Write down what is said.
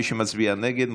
מי שמצביע נגד,